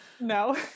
No